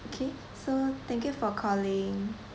okay so thank you for calling